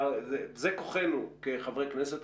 זה כוחנו כחברי כנסת,